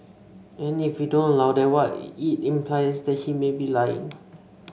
and if we don't allow that what it implies is that he may be lying